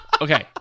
Okay